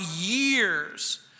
years